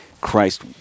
Christ